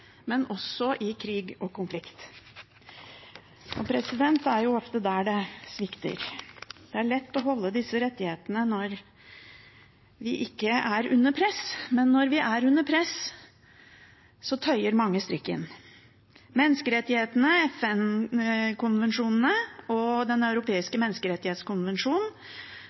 men også i krig og konflikt. For det er jo ofte der det svikter. Det er lett å holde disse rettighetene når vi ikke er under press, men når vi er under press, tøyer mange strikken. Menneskerettighetene, FN-konvensjonene, Den europeiske menneskerettighetskonvensjonen